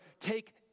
take